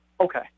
Okay